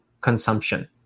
consumption